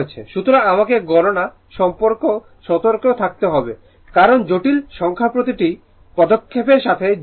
সুতরাং আমাকে গণনা সম্পর্কে সতর্ক থাকতে হবে কারণ জটিল সংখ্যাপ্রতিটি পদক্ষেপের সাথে জড়িত